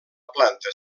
planta